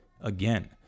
again